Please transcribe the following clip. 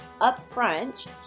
upfront